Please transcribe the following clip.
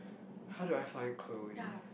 how do I find Chloe